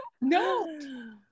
No